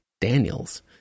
Daniels